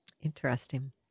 Interesting